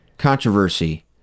controversy